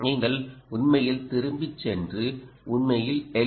நீங்கள் உண்மையில் திரும்பிச் சென்று உண்மையில் எல்